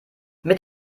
mit